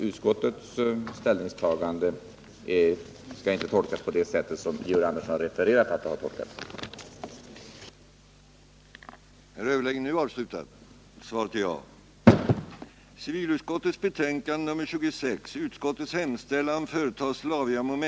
Utskottets ställningstagande skall alltså inte tolkas på det sätt som Georg Andersson har refererat att det tolkats på i lokalpressen.